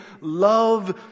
love